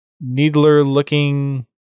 needler-looking